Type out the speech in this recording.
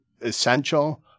essential